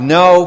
no